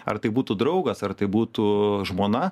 ar tai būtų draugas ar tai būtų žmona